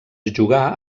jugà